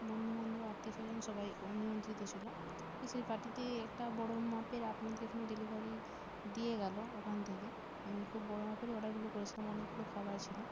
বন্ধুবান্ধব আত্মীয়স্বজন সবাই নিমন্ত্রিত ছিলো তো সেই পার্টিতে একটা বড়ো মাপের আপনাদের এখানে ডেলিভারি দিয়ে গেলো ওখান থেকে আমি খুব বড়ো মাপেরই অর্ডার গুলো করেছিলাম অনেকগুলো খাবার ছিলো